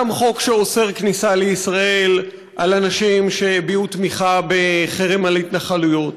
גם חוק שאוסר כניסה לישראל של אנשים שהביעו תמיכה בחרם על התנחלויות,